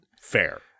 Fair